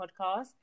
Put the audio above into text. podcast